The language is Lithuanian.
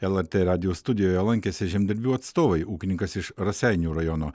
lrt radijo studijoje lankėsi žemdirbių atstovai ūkininkas iš raseinių rajono